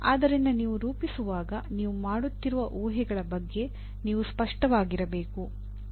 ಆದ್ದರಿಂದ ನೀವು ರೂಪಿಸುವಾಗ ನೀವು ಮಾಡುತ್ತಿರುವ ಊಹೆಗಳ ಬಗ್ಗೆ ನೀವು ಸ್ಪಷ್ಟವಾಗಿರಬೇಕು